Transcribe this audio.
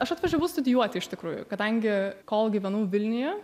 aš atvažiavau studijuoti iš tikrųjų kadangi kol gyvenau vilniuje